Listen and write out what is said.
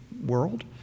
world